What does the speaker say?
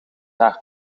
haar